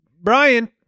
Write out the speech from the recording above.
Brian